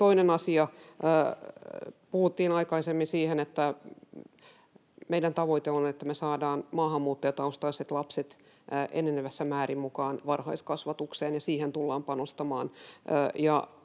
toinen asia. Puhuttiin aikaisemmin siitä, että meidän tavoite on, että me saadaan maahanmuuttajataustaiset lapset enenevässä määrin mukaan varhaiskasvatukseen, ja siihen tullaan panostamaan.